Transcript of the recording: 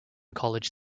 college